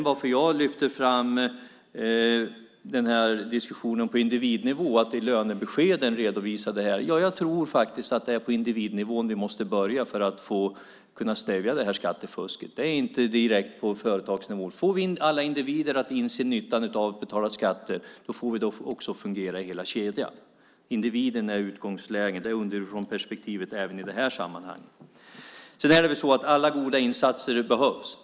Varför jag lyfte fram diskussionen på individnivå, nämligen att i lönebeskeden göra en redovisning, är för att jag tror att det är på individnivå vi måste börja för att stävja skattefusket. Det är inte direkt på företagsnivå. Får vi alla individer att inse nyttan av att betala skatter får vi det också att fungera i hela kedjan. Individen är utgångsläget. Det är underifrånperspektivet även i det här sammanhanget. Alla goda insatser behövs.